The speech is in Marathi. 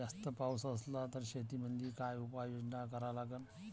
जास्त पाऊस असला त शेतीमंदी काय उपाययोजना करा लागन?